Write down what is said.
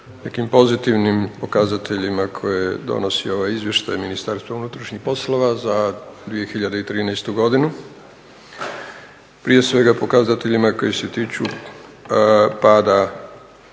nekim pozitivnim pokazateljima koje donosi ovaj Izvještaj Ministarstva unutrašnjih poslova za 2013. godinu prije svega pokazateljima koji se tiču pada